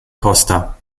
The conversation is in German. costa